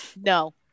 No